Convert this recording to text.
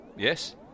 yes